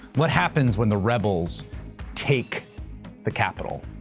what happens when the rebels take the capital,